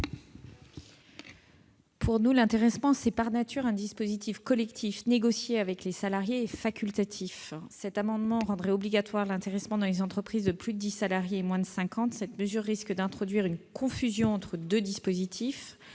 nos yeux, l'intéressement est par nature un dispositif collectif négocié avec les salariés et facultatif. Cet amendement rendrait obligatoire l'intéressement dans les entreprises de plus de 10 salariés et de moins de 50. Cette mesure risque d'introduire une confusion entre deux dispositifs-